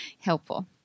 helpful